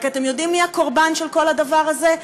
רק, אתם יודעים מי הקורבן של כל הדבר הזה?